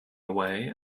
away